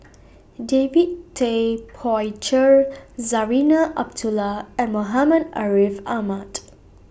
David Tay Poey Cher Zarinah Abdullah and Muhammad Ariff Ahmad